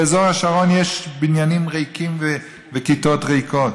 ובאזור השרון יש בניינים ריקים וכיתות ריקות.